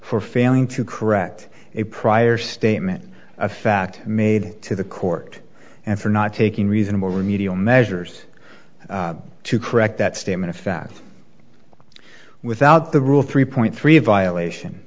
for failing to correct a prior statement of fact made to the court and for not taking reasonable remedial measures to correct that statement of fact without the rule three point three a violation